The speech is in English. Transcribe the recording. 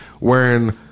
wearing